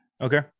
Okay